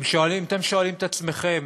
אם אתם שואלים את עצמכם